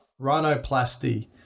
rhinoplasty